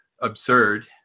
absurd